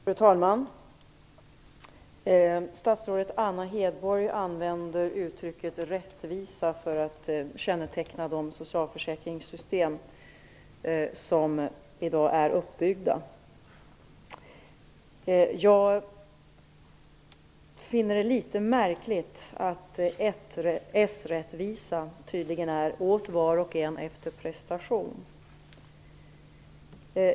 Fru talman! Statsrådet Anna Hedborg använder uttrycket rättvisa för att känneteckna de socialförsäkringssystem som i dag är uppbyggda. Jag finner det litet märkligt att s-rättvisa tydligen är åt var och en efter prestation.